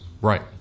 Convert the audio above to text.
Right